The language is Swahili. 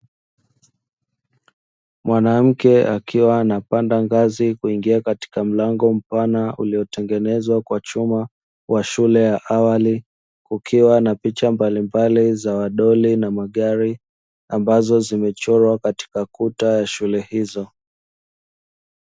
Mwanamke akiwa anapanda ngazi kuingia katika mlango mpana uliotengenezwa kwa chuma wa shule ya awali, kukiwa na picha mbalimbali za midoli na magari ambazo zimechorwa katika kuta ya shule hizo.